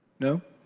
no?